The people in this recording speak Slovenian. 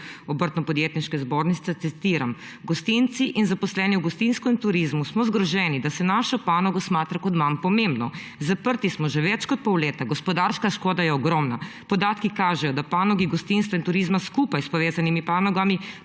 Obrtno-podjetniške zbornice. Citiram: »Gostinci in zaposleni v gostinstvu in turizmu smo zgroženi, da se našo panogo smatra kot manj pomembno. Zaprti smo že več kot pol leta, gospodarska škoda je ogromna. Podatki kažejo, da panogi gostinstva in turizma skupaj s povezanimi panogami